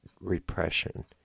repression